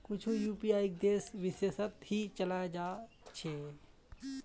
कुछु यूपीआईक देश विशेषत ही चलाल जा छे